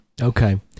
Okay